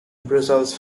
brussels